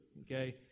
okay